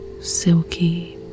silky